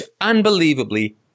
unbelievably